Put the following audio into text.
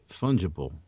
Fungible